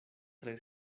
tre